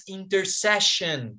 intercession